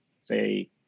say